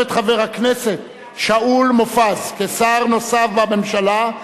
את חבר הכנסת שאול מופז כשר נוסף בממשלה,